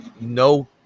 no